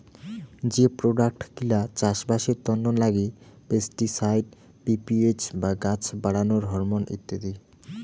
যে প্রোডাক্ট গিলা চাষবাসের তন্ন লাগে পেস্টিসাইড, পি.পি.এইচ বা গাছ বাড়ানোর হরমন ইত্যাদি